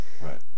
right